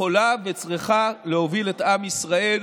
יכולה וצריכה להוביל את עם ישראל